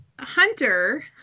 Hunter